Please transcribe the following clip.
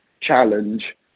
challenge